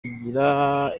kigira